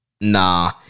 Nah